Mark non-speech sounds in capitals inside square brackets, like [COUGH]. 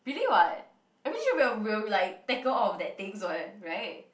really [what] I mean [NOISE] we will like tackle all of that things [what] right